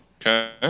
Okay